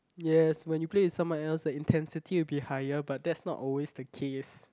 yes when you play with someone else the intensity will be higher but that's not always the case